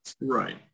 Right